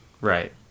right